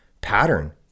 pattern